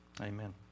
Amen